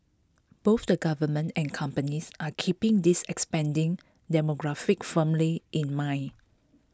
both the government and companies are keeping this expanding demographic firmly in mind